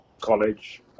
college